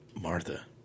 Martha